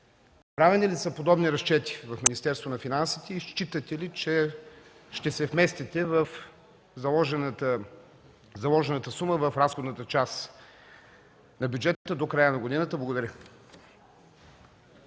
в Министерството на финансите и считате ли, че ще се вместите в заложената сума в разходната част на бюджета до края на годината? Благодаря.